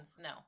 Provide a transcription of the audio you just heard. no